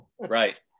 right